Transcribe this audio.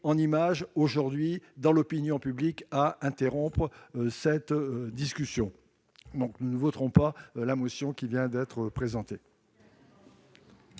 d'image dans l'opinion publique, à interrompre cette discussion. Nous ne voterons donc pas la motion qui vient d'être présentée.